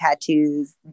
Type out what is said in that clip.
tattoos